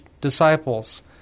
disciples